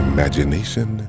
Imagination